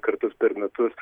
kartus per metus